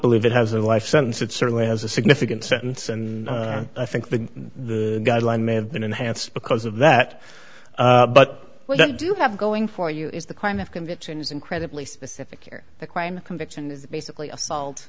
believe it has a life sentence it certainly has a significant sentence and i think the the guideline may have been enhanced because of that but we do have going for you is the crime of conviction is incredibly specific the crime conviction is basically assault